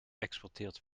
exporteert